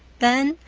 then,